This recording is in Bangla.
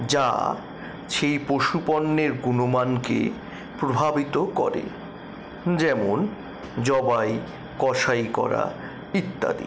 যা সেই পশু পণ্যের গুনমানকে প্রভাবিত করে যেমন জবাই কসাই করা ইত্যাদি